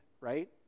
right